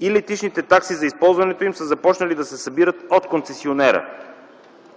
и летищните такси за използването им са започнали да се събират от концесионера.